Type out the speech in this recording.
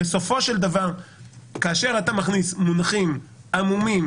בסופו של דבר כאשר אתה מכניס מונחים עמומים,